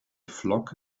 flock